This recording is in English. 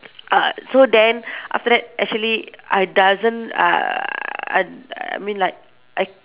uh so then after that actually I doesn't uh I I mean like I